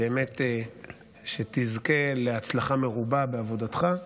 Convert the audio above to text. שתזכה להצלחה מרובה בעבודתך.